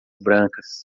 brancas